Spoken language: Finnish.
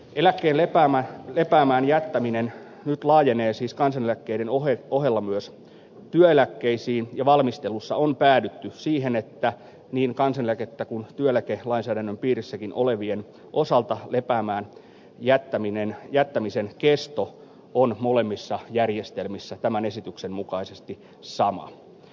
eläkkeen lepäämään jättäminen nyt laajenee siis kansaneläkkeiden ohella myös työeläkkeisiin ja valmistelussa on päädytty siihen että niin kansaneläkettä saavien kuin työeläkelainsäädännön piirissäkin olevien osalta lepäämään jättämisen kesto on molemmissa järjestelmissä tämän esityksen mukaisesti sama kaksi vuotta